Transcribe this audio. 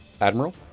Admiral